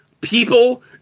people